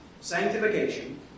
Sanctification